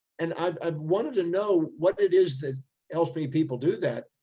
and i wanted to know what it is that helps people do that.